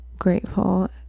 grateful